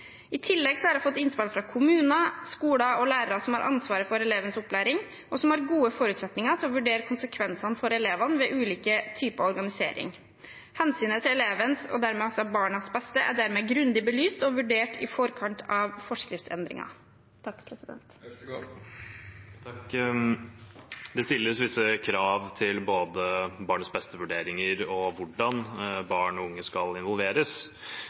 I tillegg har jeg fått innspill fra kommuner, skoler og lærere som har ansvaret for elevenes opplæring, og som har gode forutsetninger for å vurdere konsekvensene for elevene ved ulike typer organisering. Hensynet til elevenes beste, og dermed også barnas beste, er dermed grundig belyst og vurdert i forkant av forskriftsendringen. Det stilles visse krav til både barnets-beste-vurderinger og hvordan barn og unge skal involveres.